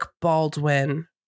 Baldwin